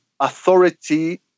authority